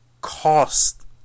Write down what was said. cost